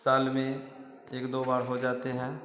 साल में एक दो बार हो जाते हैं